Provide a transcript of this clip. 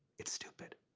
it's stupid.